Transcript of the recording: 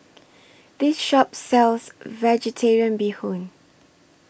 This Shop sells Vegetarian Bee Hoon